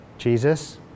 Jesus